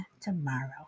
tomorrow